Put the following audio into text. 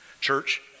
Church